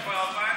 האחרונות.